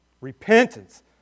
Repentance